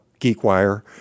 GeekWire